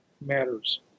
matters